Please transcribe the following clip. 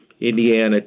Indiana